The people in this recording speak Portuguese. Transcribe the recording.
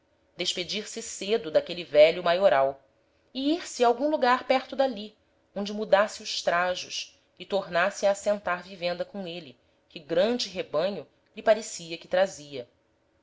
despedir-se cedo d'aquele velho maioral e ir-se a algum lugar perto d'ali onde mudasse os trajos e tornasse a assentar vivenda com êle que grande rebanho lhe parecia que trazia